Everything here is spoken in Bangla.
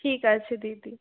ঠিক আছে দিদি